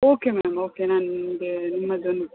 okay ma'am okay ನಾನು ನಿಮಗೆ ನಿಮ್ಮದೊಂದು